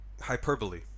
hyperbole